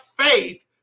faith